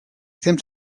temps